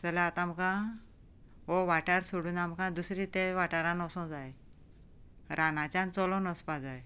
चला आतां आमकां हो वाठार सोडून आमकां दुसऱ्या त्या वाठारांत वचपाक जाय रानांतल्यान चलत वचपाक जाय